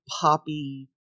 poppy